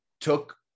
took